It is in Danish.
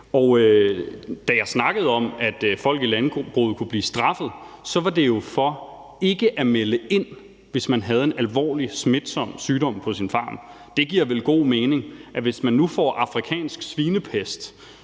Da jeg snakkede om, at folk i landbruget kunne blive straffet, var det jo i forhold til ikke at melde det ind, hvis man havde en alvorlig smitsom sygdom på sin farm. Det giver vel god mening, at hvis folk får afrikansk svinepest,